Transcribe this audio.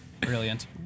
Brilliant